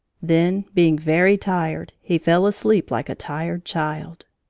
then, being very tired, he fell asleep like a tired child.